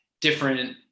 different